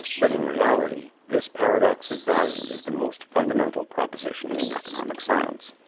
but in reality this paradox of value is the most fundamental proposition in economic science.